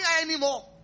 anymore